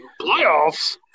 Playoffs